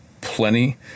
plenty